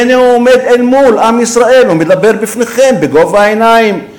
והנה הוא עומד אל מול עם ישראל ומדבר בפניכם בגובה העיניים,